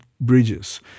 bridges